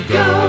go